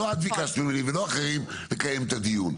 לא את ביקשת ממני ולא אחרים לקיים את הדיון,